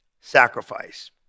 sacrifice